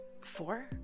four